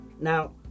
Now